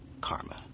karma